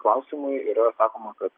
klausimui yra sakoma kad